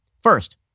First